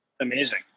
amazing